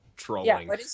trolling